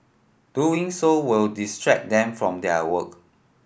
doing so will distract them from their work